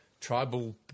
Tribal